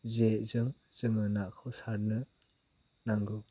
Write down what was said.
जेजों जोङो नाखौ सारनो नांगौ